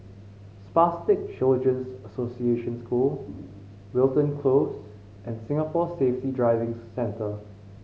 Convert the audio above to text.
Spastic Children's Association School Wilton Close and Singapore Safety Driving Centre